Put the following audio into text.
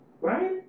Right